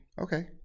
Okay